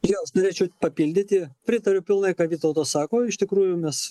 jo aš norėčiau papildyti pritariu pilnai ką vytauto sako iš tikrųjų mes